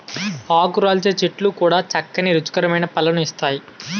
ఆకురాల్చే చెట్లు కూడా చక్కని రుచికరమైన పళ్ళను ఇస్తాయి